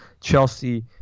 Chelsea